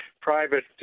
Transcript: private